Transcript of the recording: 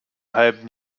halben